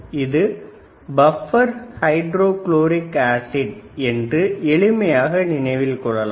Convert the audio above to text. அது பப்பர் ஹைட்ரோகுளோரிக் அமிலம் என்று எளிமையாக நினைவில் கொள்ளலாம்